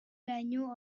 laino